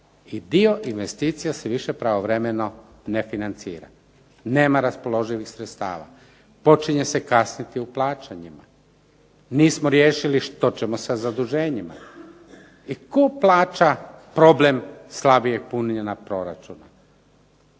i dio investicija se više pravovremeno ne financira, nema raspoloživih sredstava, počinje se kasniti u plaćanju, nismo riješili što ćemo sa zaduženjima. I tko plaća problem slabijeg punjenja proračuna?